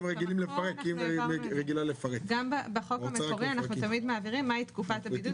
גם בחוק --- אנחנו תמיד מבהירים מהי תקופת הבידוד.